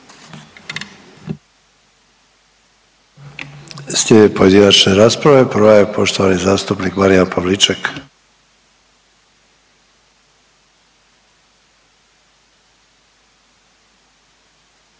Slijede pojedinačne rasprave. Prva je poštovani zastupnik Marijan Pavliček.